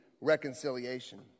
reconciliation